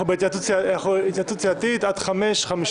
אנחנו בהתייעצות סיעתית עד שעה .